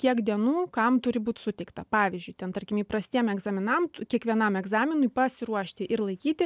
kiek dienų kam turi būt suteikta pavyzdžiui ten tarkim įprastiem egzaminam kiekvienam egzaminui pasiruošti ir laikyti